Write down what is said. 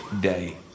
day